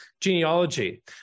genealogy